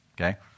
okay